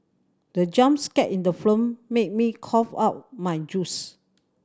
the jump scare in the film made me cough out my juice